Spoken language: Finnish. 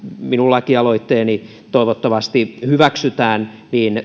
minun lakialoitteeni toivottavasti hyväksytään